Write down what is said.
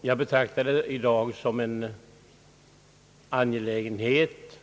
Jag betraktar det i dag såsom en angelägenhet